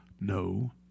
No